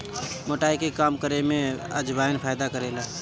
मोटाई के कम करे में भी अजवाईन फायदा करेला